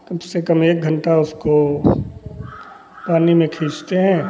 कम से कम एक घंटा उसको पानी में खींचते हैं